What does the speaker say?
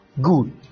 good